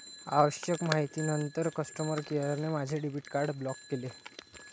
आवश्यक माहितीनंतर कस्टमर केअरने माझे डेबिट कार्ड ब्लॉक केले